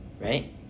right